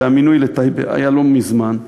והמינוי לטייבה היה לא מזמן,